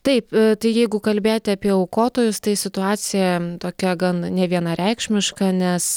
taip tai jeigu kalbėti apie aukotojus tai situacija tokia gan nevienareikšmiška nes